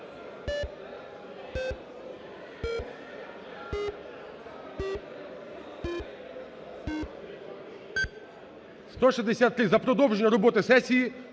За-163 За продовження роботи сесії